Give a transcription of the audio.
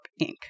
Inc